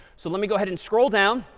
so let me go ahead and scroll down,